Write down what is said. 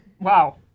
Wow